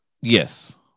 Yes